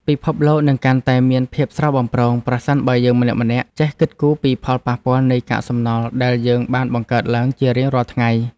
ពិភពលោកនឹងកាន់តែមានភាពស្រស់បំព្រងប្រសិនបើយើងម្នាក់ៗចេះគិតគូរពីផលប៉ះពាល់នៃកាកសំណល់ដែលយើងបានបង្កើតឡើងជារៀងរាល់ថ្ងៃ។